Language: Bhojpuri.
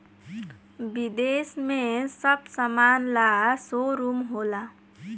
विदेश में सब समान ला शोरूम होला